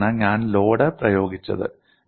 ഇവിടെയാണ് ഞാൻ ലോഡ് പ്രയോഗിച്ചത്